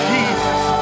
Jesus